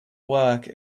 work